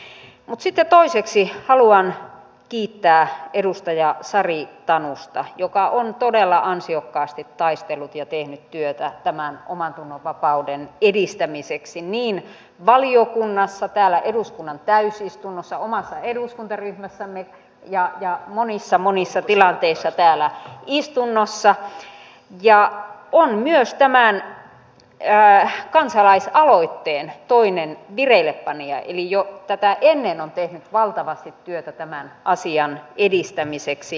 mutta sitten toiseksi haluan kiittää edustaja sari tanusta joka on todella ansiokkaasti taistellut ja tehnyt työtä tämän omantunnonvapauden edistämiseksi valiokunnassa täällä eduskunnan täysistunnossa omassa eduskuntaryhmässämme ja monissa monissa tilanteissa täällä istunnossa ja joka on myös tämän kansalaisaloitteen toinen vireillepanija eli jo tätä ennen on tehnyt valtavasti työtä tämän asian edistämiseksi